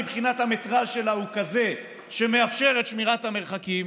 המטרז' שלה הוא כזה שמאפשר את שמירת המרחקים,